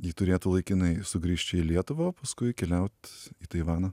ji turėtų laikinai sugrįžt čia į lietuvą paskui keliaut į taivaną